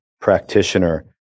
practitioner